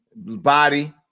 body